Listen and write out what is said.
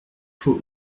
font